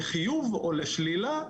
לחיוב או לשלילה,